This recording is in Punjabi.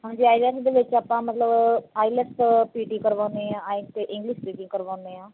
ਹਾਂਜੀ ਆਈਲੈਟਸ ਦੇ ਵਿੱਚ ਆਪਾਂ ਮਤਲਬ ਆਈਲਸ ਪੀ ਟੀ ਕਰਵਾਉਂਦੇ ਹਾਂ ਆਏ ਅਤੇ ਇੰਗਲਿਸ਼ ਸਪੀਕਿੰਗ ਕਰਵਾਉਂਦੇ ਹਾਂ